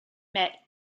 met